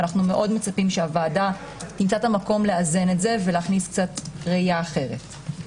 ואנו מאוד מצפים שהוועדה תמצא את המקום לאזן את זה ולהכניס ראייה אחרת.